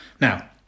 Now